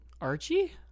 Archie